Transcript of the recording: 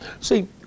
See